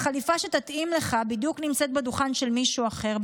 אם החליפה שתתאים לך בדיוק נמצאת בדוכן של מישהו אחר,